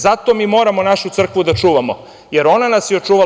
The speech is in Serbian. Zato moramo našu crkvu da čuvamo, jer ona nas je očuvala.